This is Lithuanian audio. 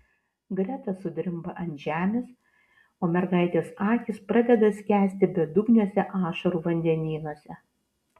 greta sudrimba ant žemės o mergaitės akys pradeda skęsti bedugniuose ašarų vandenynuose